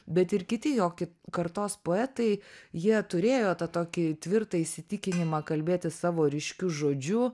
bet ir kiti jo ki kartos poetai jie turėjo tą tokį tvirtą įsitikinimą kalbėti savo ryškiu žodžiu